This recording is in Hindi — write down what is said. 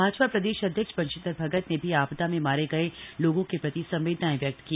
भाजपा प्रदेश अध्यक्ष बंशीधर भगत ने भी आपदा में मारे गए लोगों के प्रति संवेदनाएं व्यक्त की